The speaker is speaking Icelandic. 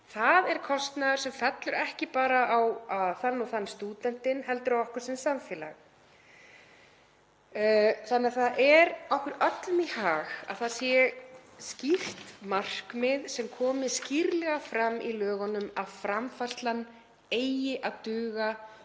Það er kostnaður sem fellur ekki bara á þann og þann stúdentinn heldur okkur sem samfélag. Það er okkur öllum í hag að það sé skýrt markmið, sem komi skýrlega fram í lögunum, að framfærslan eigi að duga